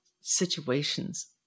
situations